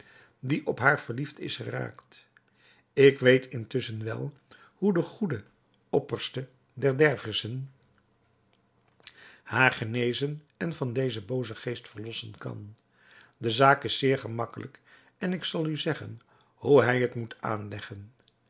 die op haar verliefd is geraakt ik weet intusschen wel hoe de goede opperste der dervissen haar genezen en van dezen boozen geest verlossen kan de zaak is zeer gemakkelijk en ik zal u zeggen hoe hij het moet aanleggen